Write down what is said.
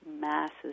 masses